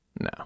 no